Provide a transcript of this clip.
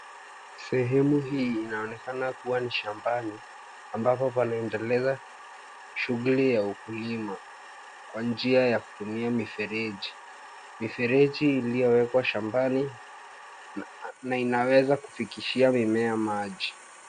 Sehemu hii inaonekana kuwa ni shambani ambapo panaendeleza shughuli ya ukulima kwa njia ya kutumia mifereji. Mifereji iliyowekwa shambani na inaweza kufikia maji.